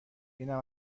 اینم